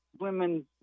women